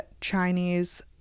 Chinese